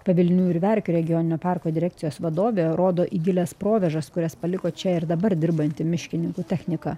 pavilnių ir verkių regioninio parko direkcijos vadovė rodo į gilias provėžas kurias paliko čia ir dabar dirbanti miškininkų technika